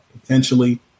potentially